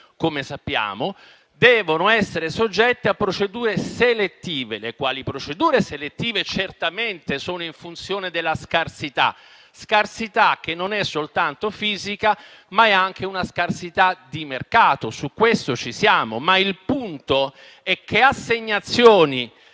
come sappiamo - devono essere soggette a procedure selettive. Tali procedure certamente sono in funzione della scarsità, che non è soltanto fisica ma anche di mercato. Su questo ci siamo, ma il punto è che assegnazioni